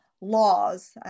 laws